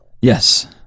yes